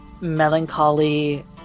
melancholy